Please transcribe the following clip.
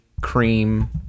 cream